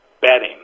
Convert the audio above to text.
betting